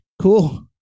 Cool